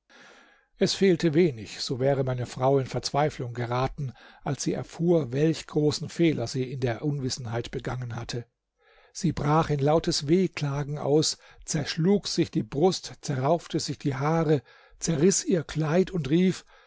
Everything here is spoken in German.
es fehlte wenig so wäre meine frau in verzweiflung geraten als sie erfuhr welch großen fehler sie in der unwissenheit begangen hatte sie brach in lautes wehklagen aus zerschlug sich die brust zerraufte sich die haare zerriß ihr kleid und rief